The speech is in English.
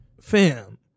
Fam